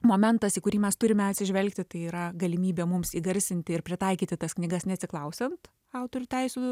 momentas į kurį mes turime atsižvelgti tai yra galimybė mums įgarsinti ir pritaikyti tas knygas neatsiklausiant autorių teisių